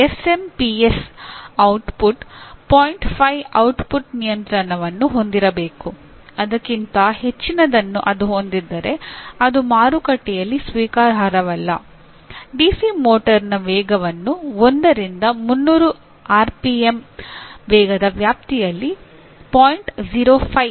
SMPS ವೇಗದ ವ್ಯಾಪ್ತಿಯಲ್ಲಿ 0